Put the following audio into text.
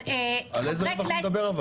אבל על איזה רווח הוא מדבר?